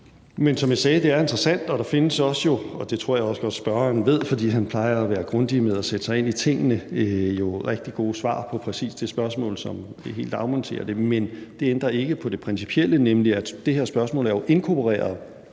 som jeg sagde, er det interessant, og der findes jo også – og det tror jeg også godt at spørgeren ved, fordi han plejer at være grundig i forhold til at sætte sig ind i tingene – rigtig gode svar på præcis det spørgsmål, som helt vil afmontere det. Men det ændrer ikke på det principielle, nemlig at det her spørgsmål jo er inkorporeret